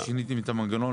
לא שיניתם את המנגנון?